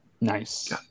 Nice